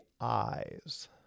eyes